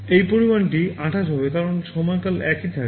এই পরিমাণটি 28 হবে কারণ সময়কাল একই থাকবে